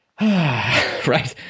Right